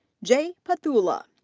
jay pothula.